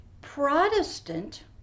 Protestant